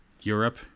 Europe